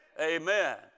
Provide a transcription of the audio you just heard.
Amen